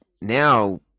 now